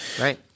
Right